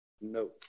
No